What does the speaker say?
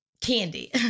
candy